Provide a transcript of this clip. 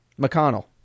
McConnell